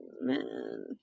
man